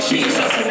Jesus